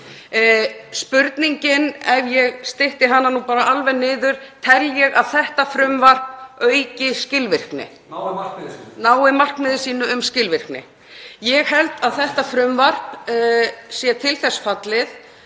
Spurningin, ef ég stytti hana nú bara alveg niður: Tel ég að þetta frumvarp auki skilvirkni (EÁ: Nái markmiði sínu.) — nái markmiði sínu um skilvirkni? Ég held að þetta frumvarp sé til þess fallið